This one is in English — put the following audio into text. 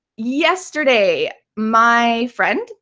yesterday my friend,